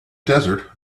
desert